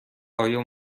آیا